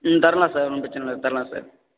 ம் தரலாம் சார் ஒன்றும் பிரச்சன இல்லை தரலாம் சார்